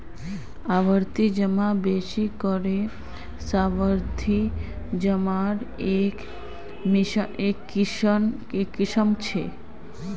आवर्ती जमा बेसि करे सावधि जमार एक किस्म छ